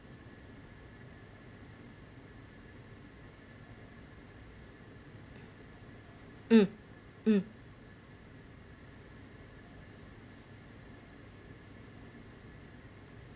mm mm